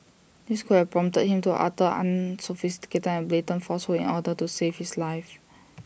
this could have prompted him to utter unsophisticated and blatant falsehoods in order to save his life